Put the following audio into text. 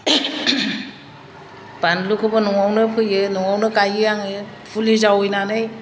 बानलुखौबो न'आवनो फोयो न'आवनो गायो आङो फुलि जावायनानै